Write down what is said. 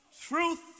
truth